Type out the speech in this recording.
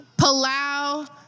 Palau